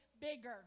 bigger